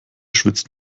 schwitzt